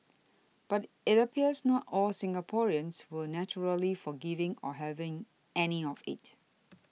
but it appears not all Singaporeans were naturally forgiving or having any of it